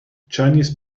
chinese